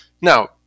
Now